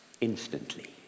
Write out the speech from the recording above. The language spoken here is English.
instantly